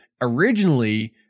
originally